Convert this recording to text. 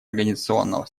организационного